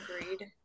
Agreed